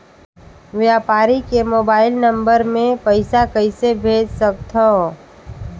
व्यापारी के mobile number मे पईसा कइसे भेज सकथव?